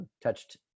touched